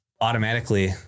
automatically